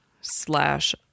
slash